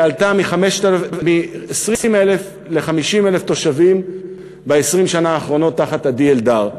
שעלתה מ-20,000 ל-50,000 תושבים ב-20 השנה האחרונות תחת עדי אלדר.